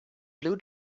blue